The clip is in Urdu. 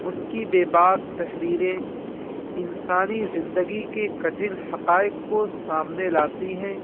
ان کی بےباک تحریریں انسانی زندگی کے کٹھن حقائق کو سامنے لاتی ہیں